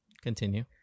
continue